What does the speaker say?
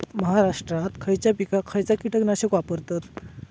महाराष्ट्रात खयच्या पिकाक खयचा कीटकनाशक वापरतत?